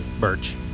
Birch